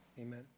amen